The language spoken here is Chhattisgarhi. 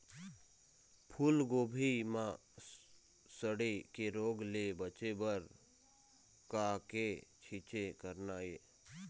फूलगोभी म सड़े के रोग ले बचे बर का के छींचे करना ये?